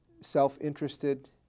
self-interested